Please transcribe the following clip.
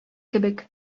кебек